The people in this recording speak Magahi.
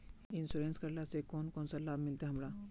इंश्योरेंस करेला से कोन कोन सा लाभ मिलते हमरा?